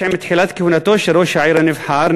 עם תחילת כהונתו של ראש העיר הנבחר,